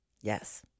Yes